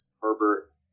Herbert